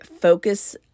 focus